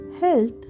health